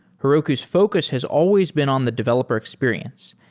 heroku's focus has always been on the developer experience,